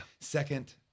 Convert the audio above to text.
Second